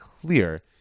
clear